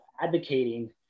advocating